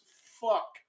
fuck